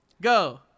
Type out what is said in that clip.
go